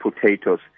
potatoes